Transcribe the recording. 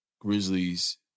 Grizzlies